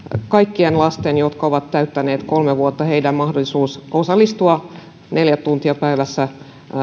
kaikkien lasten jotka ovat täyttäneet kolme vuotta mahdollisuutta osallistua neljä tuntia päivässä